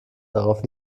darauf